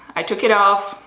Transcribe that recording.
i took it off,